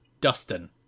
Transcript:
Dustin